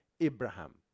Abraham